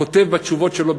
כותב בתשובות שלו,